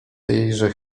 tejże